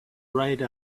ride